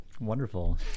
Wonderful